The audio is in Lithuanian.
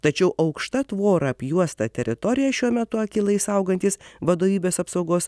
tačiau aukšta tvora apjuostą teritoriją šiuo metu akylai saugantys vadovybės apsaugos